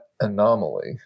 anomaly